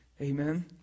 Amen